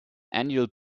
annual